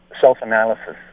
self-analysis